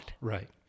right